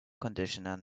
conditioner